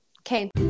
okay